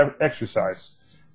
exercise